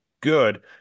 good